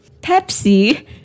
Pepsi